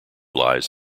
lies